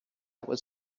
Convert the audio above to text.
was